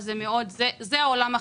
זה מה שאנחנו רוצים לשפר ולקדם.